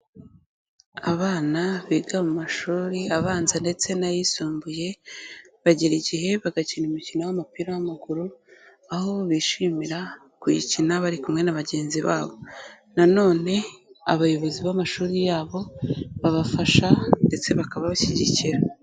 Abana biga mu mashuri abanza ndetse n'ayisumbuye, bagira igihe bagakina umukino w'umupira w'amaguru, aho bishimira kuyikina bari kumwe na bagenzi babo. Na none abayobozi b'amashuri yabo babafasha ndetse bakabashyigikira.